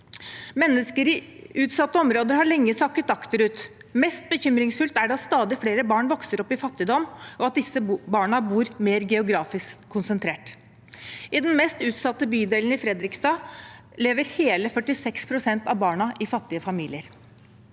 Mennesker i utsatte områder har lenge sakket akterut. Mest bekymringsfullt er det at stadig flere barn vokser opp i fattigdom, og at disse barna bor mer geografisk konsentrert. I den mest utsatte bydelen i Fredrikstad lever hele 46 pst. av barna i fattige familier.